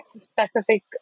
specific